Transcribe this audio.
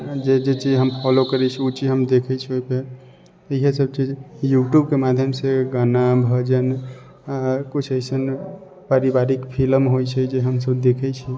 जे जे चीज हम फॉलो करै छी ओ ओ चीज हम देखै छिए ओहिपर इएह सब चीज यूट्यूबके माध्यमसँ गाना भजन किछु अइसन पारिवारिक फिलम होइ छै जे हमसब देखै छी